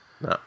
No